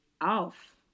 off